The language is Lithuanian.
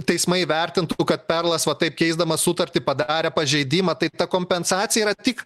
teismai įvertintų kad perlas va taip keisdamas sutartį padarė pažeidimą tai ta kompensacija yra tik